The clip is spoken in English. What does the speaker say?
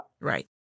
right